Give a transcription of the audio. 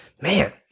man